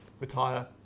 retire